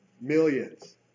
Millions